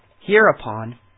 Hereupon